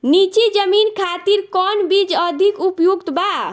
नीची जमीन खातिर कौन बीज अधिक उपयुक्त बा?